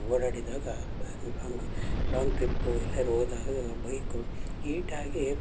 ಓಡಾಡಿದಾಗ ಬ long long trip ಎಲ್ಲಾದ್ರು ಹೋದಾಗ ಬೈಕು ಹೀಟಾಗಿ